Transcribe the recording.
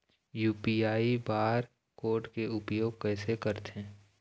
UPI bar code के उपयोग कैसे करथें?